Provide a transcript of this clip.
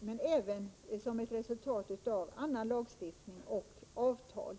men som även är ett resultat av annan lagstiftning och avtal.